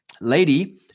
lady